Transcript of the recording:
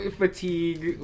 fatigue